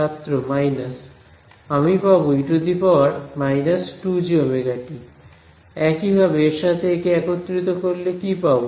ছাত্র মাইনাস আমি পাব e−2jωt একইভাবে এর সাথে একে একত্রিত করলে কি পাব